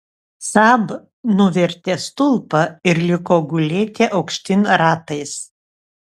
saab nuvertė stulpą ir liko gulėti aukštyn ratais